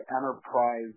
enterprise